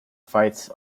fights